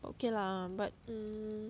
okay lah but mm